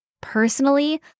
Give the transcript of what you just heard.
Personally